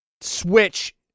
Switch